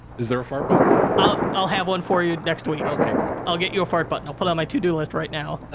is there a fart button? i'll i'll have one for you next week. okay, good. i'll get you a fart button. i'll put it on my to-do list right now.